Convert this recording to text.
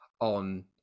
on